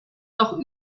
noch